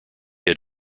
had